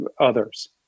others